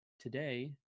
today